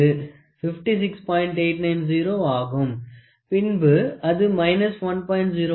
890 ஆகும் பின்பு அது 1